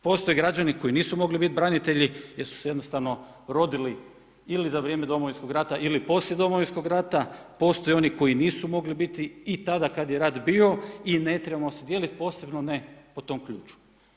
Postoje građani koji nisu mogli biti branitelji jer su se jednostavno rodili ili za vrijeme Domovinskog rata ili poslije Domovinskog rata, postoji oni koji nisu mogli biti i tada kad je rat bio i ne trebamo se dijeliti, posebno ne po tom ključu.